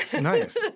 Nice